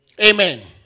Amen